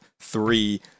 three